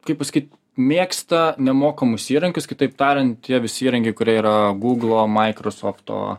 kaip pasakyt mėgsta nemokamus įrankius kitaip tariant tie visi įrankiai kurie yra gūglo maikrosofto